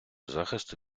захисту